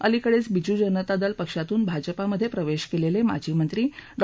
अलिकडेच बिजू जनता दल पक्षातून भाजपामध्ये प्रवेश केलेले माजीमंत्री डॉ